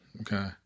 Okay